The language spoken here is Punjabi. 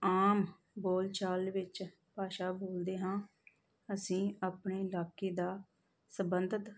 ਆਮ ਬੋਲ ਚਾਲ ਵਿੱਚ ਭਾਸ਼ਾ ਬੋਲਦੇ ਹਾਂ ਅਸੀਂ ਆਪਣੇ ਇਲਾਕੇ ਦਾ ਸਬੰਧਤ